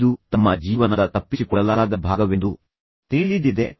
ಇದು ತಮ್ಮ ಜೀವನದ ತಪ್ಪಿಸಿಕೊಳ್ಳಲಾಗದ ಭಾಗವೆಂದು ಜನರಿಗೆ ತಿಳಿದಿದೆ